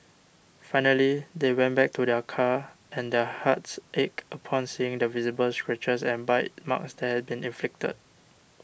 finally they went back to their car and their hearts ached upon seeing the visible scratches and bite marks that had been inflicted